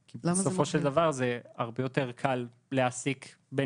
כי בסופו של דבר זה הרבה יותר קל להעסיק בן